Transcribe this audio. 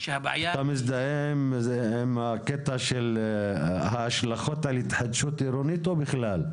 --- אתה מזדהה עם הקטע של ההשלכות על התחדשות עירונית או בכלל?